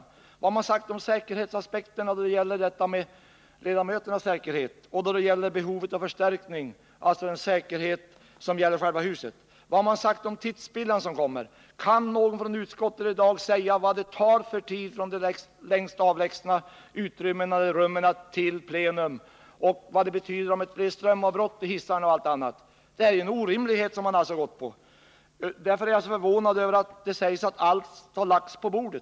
Vad har man sagt om säkerhetsaspekterna då det gäller ledamöternas säkerhet och behovet av förstärkning, dvs. den säkerhet som gäller själva huset? Vad har man sagt om tidsspillan? Kan någon i utskottet i dag säga vilken tid det kommer att ta att gå från det mest avlägsna rummet till plenisalen? Vad betyder ett strömavbrott för hissarna och för allt annat? Det är ju en orimlighet man har gått in för. Därför är jag förvånad över att det sägs att allt har lagts på bordet.